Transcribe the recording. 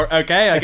okay